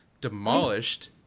demolished